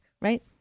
right